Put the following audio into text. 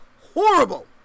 horrible